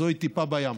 זו טיפה בים,